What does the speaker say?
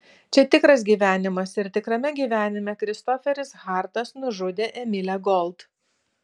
čia tikras gyvenimas ir tikrame gyvenime kristoferis hartas nužudė emilę gold